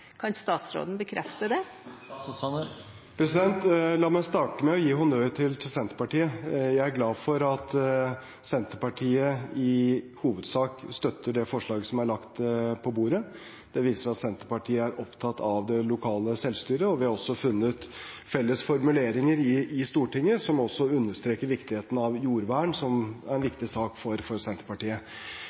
Kan statsråden bekrefte det? La meg starte med å gi honnør til Senterpartiet. Jeg er glad for at Senterpartiet i hovedsak støtter det forslaget som er lagt på bordet. Det viser at Senterpartiet er opptatt av det lokale selvstyret. Vi har også funnet felles formuleringer i Stortinget som understreker viktigheten av jordvern, som er en viktig sak for Senterpartiet.